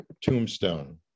tombstone